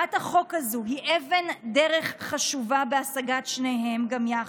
הצעת החוק הזו היא אבן דרך חשובה בהשגת שניהם גם יחד.